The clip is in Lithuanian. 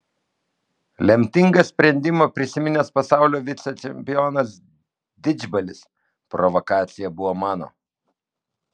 lemtingą sprendimą prisiminęs pasaulio vicečempionas didžbalis provokacija buvo mano